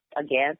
again